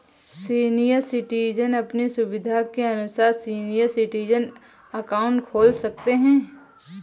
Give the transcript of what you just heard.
senior citizen अपनी सुविधा के अनुसार सीनियर सिटीजन अकाउंट खोल सकते है